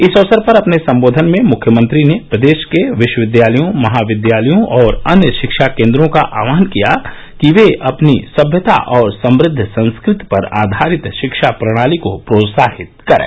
इस अवसर पर अपने सम्बोघन में मुख्यमंत्री ने प्रदेश के विश्वविद्यालयों महाविद्यालयों और अन्य शिक्षा केन्द्रों का आह्वान किया कि वे अपनी सभ्यता और समृद्व संस्कृति पर आधारित शिक्षा प्रणाली को प्रोत्साहित करें